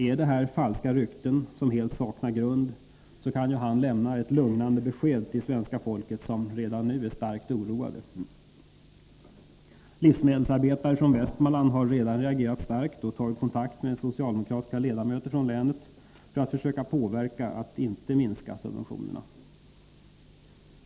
Är det fråga om falska rykten som helt saknar grund, kan han ju lämna ett lugnande besked till svenska folket, som redan nu är starkt oroat. Livsmedelsarbetare från Västmanland har redan reagerat starkt och tagit kontakt med de socialdemokratiska ledamöterna från länet för att försöka påverka dessa att inte medverka till en minskning av subventionerna.